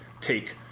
take